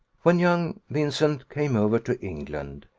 when young vincent came over to england,